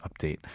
update